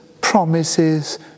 promises